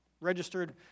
registered